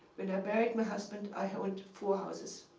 when i buried my husband, i held four houses